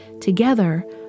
Together